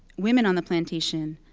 women on the plantation,